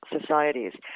societies